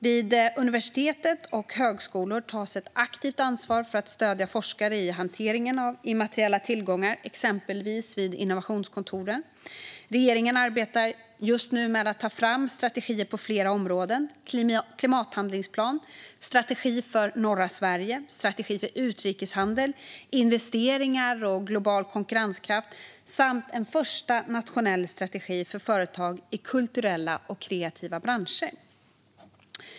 Vid universitet och högskolor tas ett aktivt ansvar för att stödja forskare i hanteringen av immateriella tillgångar, exempelvis via innovationskontoren. Regeringen arbetar just nu med att ta fram strategier på flera områden: klimathandlingsplan, strategi för norra Sverige, strategi för utrikeshandel, investeringar och global konkurrenskraft samt en första nationell strategi för företag i kulturella och kreativa branscher.